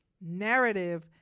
narrative